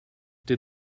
did